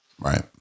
Right